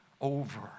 Over